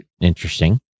interesting